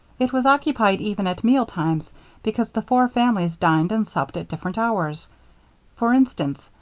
it was occupied even at mealtimes because the four families dined and supped at different hours for instance,